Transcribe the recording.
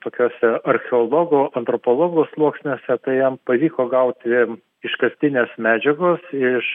tokiuose archeologų antropologų sluoksniuose tai jam pavyko gauti iškastinės medžiagos iš